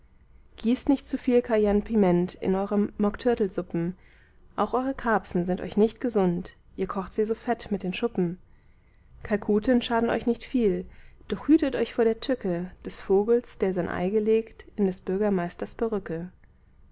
gießt nicht zuviel cayenne piment in eure mockturtlesuppen auch eure karpfen sind euch nicht gesund ihr kocht sie so fett mit den schuppen kalkuten schaden euch nicht viel doch hütet euch vor der tücke des vogels der sein ei gelegt in des bürgermeisters perücke